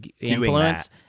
influence